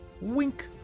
Wink